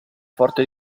forte